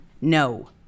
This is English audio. No